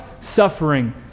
suffering